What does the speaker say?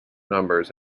numbers